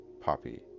poppy